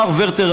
מר ורטר,